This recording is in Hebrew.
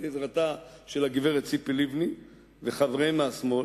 לעזרת הגברת ציפי לבני וחבריה מהשמאל,